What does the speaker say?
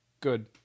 Good